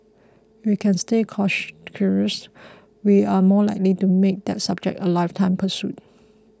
we can stay cash curious we are more likely to make that subject a lifetime pursuit